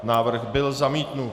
Návrh byl zamítnut.